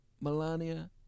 Melania